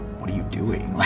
what are you doing,